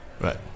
Right